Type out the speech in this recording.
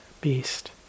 beast